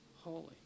holy